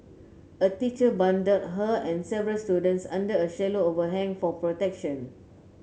a teacher bundled her and several students under a shallow overhang for protection